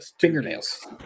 fingernails